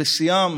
בשיאם